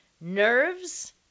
Nerves